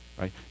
right